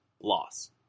Loss